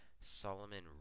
Solomon